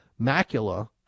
macula